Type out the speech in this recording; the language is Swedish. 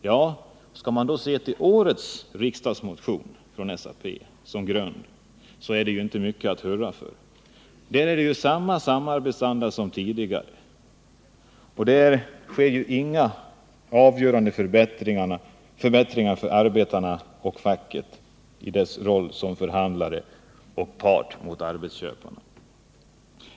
Ja, skall man se årets riksdagsmotion från SAP som grund, så är det ju inte mycket att hurra för. Där är det ju samma samarbetsanda som tidigare, och där talas det inte om några avgörande förbättringar för arbetarna och facket i dess roll som motpart till arbetsköparna.